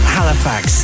Halifax